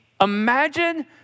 imagine